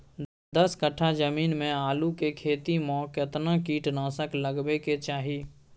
दस कट्ठा जमीन में आलू के खेती म केतना कीट नासक लगबै के चाही?